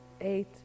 eight